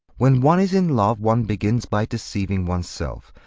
when one is in love one begins by deceiving oneself.